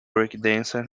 breakdancer